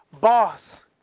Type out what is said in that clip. boss